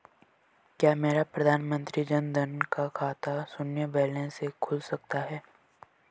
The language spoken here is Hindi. क्या मेरा प्रधानमंत्री जन धन का खाता शून्य बैलेंस से खुल सकता है?